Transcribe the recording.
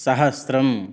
सहस्त्रं